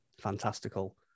fantastical